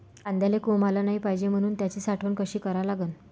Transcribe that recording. कांद्याले कोंब आलं नाई पायजे म्हनून त्याची साठवन कशी करा लागन?